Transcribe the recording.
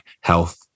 health